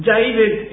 David